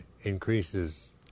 increases